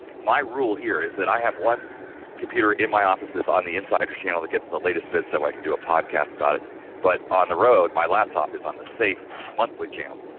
my rule, here is that i have one computer, in my office, this on the insider channel that gets the latest bit so, i can do a podcast about it but on the road, my laptop is on the safe monthly channel.